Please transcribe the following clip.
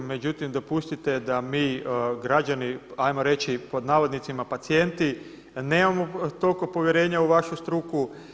Međutim, dopustite da mi građani 'ajmo reći pod navodnicima „pacijenti“, nemamo toliko povjerenja u vašu struku.